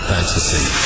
Fantasy